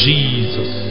Jesus